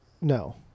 no